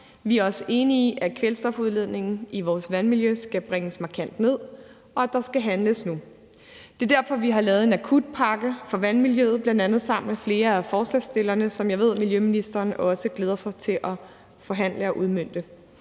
Vi er også enige i, at kvælstofudledningen i vores vandmiljø skal bringes markant ned, og at der skal handles nu. Det er derfor, vi har lavet en akutpakke for vandmiljøet, bl.a. sammen med flere af forslagsstillerne, som jeg ved miljøministeren også glæder sig til at forhandle og udmønte.